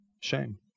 shame